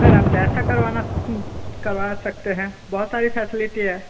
sir आप जैसा करवाना करवा सकते हैं बहुत सारी फैसिलिटी है